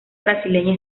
brasileña